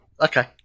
Okay